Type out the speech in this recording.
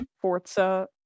forza